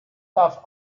darf